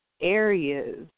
areas